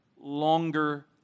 longer